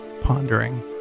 Pondering